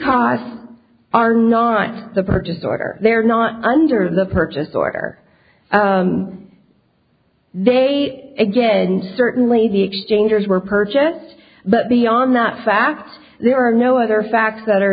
costs are not the purchase order they're not under the purchase order they again certainly the exchanges were purchased but beyond that fact there are no other facts that are